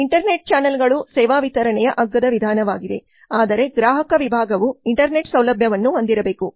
internet ಚಾನೆಲ್ಗಳು ಸೇವಾ ವಿತರಣೆಯ ಅಗ್ಗದ ವಿಧಾನವಾಗಿದೆ ಆದರೆ ಗ್ರಾಹಕ ವಿಭಾಗವು ಇಂಟರ್ನೆಟ್ ಸೌಲಭ್ಯವನ್ನು ಹೊಂದಿರಬೇಕು